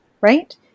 right